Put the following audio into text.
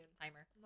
timer